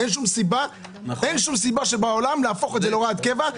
אין שום סיבה בעולם להפוך את זה להוראת קבע.